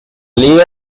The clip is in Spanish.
liga